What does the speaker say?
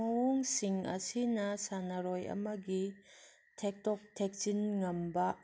ꯃꯑꯣꯡꯁꯤꯡ ꯑꯁꯤꯅ ꯁꯥꯟꯅꯔꯣꯏ ꯑꯃꯒꯤ ꯊꯦꯛꯇꯣꯛ ꯊꯦꯛꯁꯤꯟ ꯉꯝꯕ